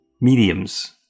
mediums